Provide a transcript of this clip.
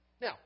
Now